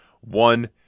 One